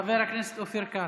חבר הכנסת אופיר אקוניס.